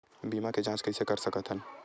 बीमा के जांच कइसे कर सकत हन?